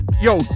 yo